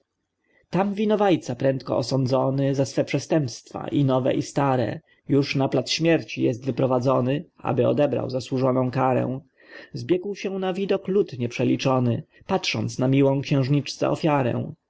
tam winowajca prędko osądzony za swe przestępstwa i nowe i stare już na plac śmierci jest wyprowadzony aby odebrał zazłużoną karę zbiegł się na widok lud nieprzeliczony patrząc na miłą xiężniczce ofiarę